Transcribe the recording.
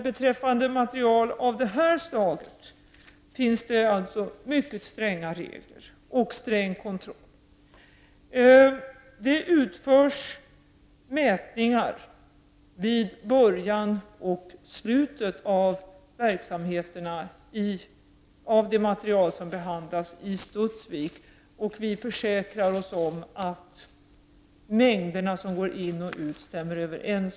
Beträffande material av det här slaget finns det alltså mycket stränga regler och sträng kontroll. Det utförs mätningar vid början och slutet av verksamheterna beträffande det material som behandlas i Studsvik. Vi försäkrar oss om att mängderna som går in och ut stämmer överens.